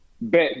Bet